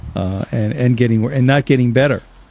and and getting. and not getting better.